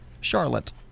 Charlotte